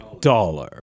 dollar